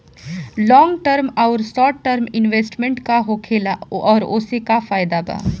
Long term आउर short term investment का होखेला और ओसे का फायदा बा?